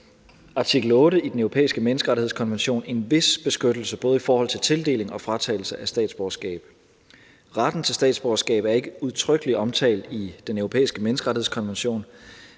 artikel 8 i Den Europæiske Menneskerettighedskonvention en vis beskyttelse både i forhold til tildeling og fratagelse af statsborgerskab. Retten til statsborgerskab er ikke udtrykkelig omtalt i Den Europæiske Menneskerettighedskonvention,